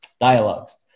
dialogues